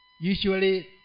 usually